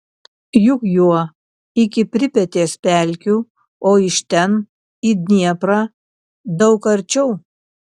juk juo iki pripetės pelkių o iš ten į dnieprą daug arčiau